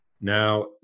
Now